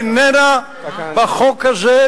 בחוק הזה,